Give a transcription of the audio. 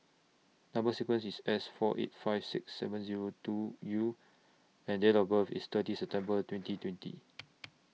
Number sequence IS S four eight five six seven Zero two U and Date of birth IS thirty September twenty twenty